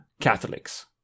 Catholics